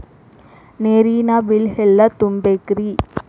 ನೇರಿನ ಬಿಲ್ ಎಲ್ಲ ತುಂಬೇಕ್ರಿ?